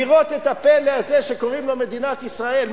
לראות את הפלא הזה שקוראים לו מדינת ישראל,